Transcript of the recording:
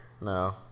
No